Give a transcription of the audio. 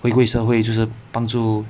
回归社会就是帮助